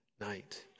night